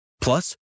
Plus